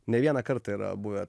ne vieną kartą yra buvę